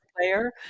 player